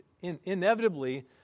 inevitably